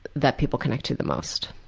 that people connect to the most,